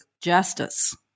justice